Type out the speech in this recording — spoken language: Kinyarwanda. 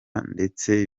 ndetse